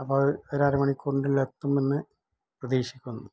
അപ്പോൾ ഒരര മണിക്കൂറിന്റെ ഉള്ളിൽ എത്തുമെന്ന് പ്രതീഷിക്കുന്നു